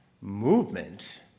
movement